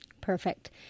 Perfect